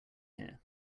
here